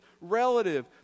relative